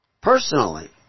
personally